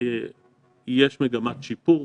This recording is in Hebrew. מגמת שיפור,